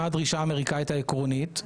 מה הדרישה האמריקנית העקרונית?